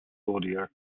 zodiac